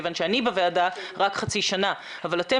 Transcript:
כיוון שאני בוועדה רק חצי שנה אבל אתם